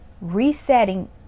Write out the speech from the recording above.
Resetting